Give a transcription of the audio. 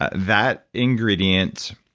ah that ingredient